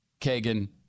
Kagan